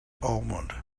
almond